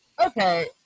okay